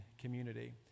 community